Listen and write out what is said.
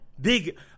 big